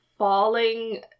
falling